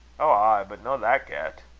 ow, ay but no that get.